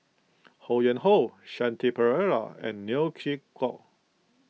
Ho Yuen Hoe Shanti Pereira and Neo Chwee Kok